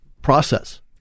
Process